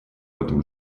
этом